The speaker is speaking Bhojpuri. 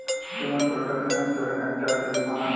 पेमेंट प्रोटेक्शन इंश्योरेंस एक तरह के बीमा ह